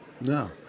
No